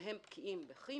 שהם בקיאים בכימייה,